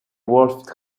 wolfed